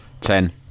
Ten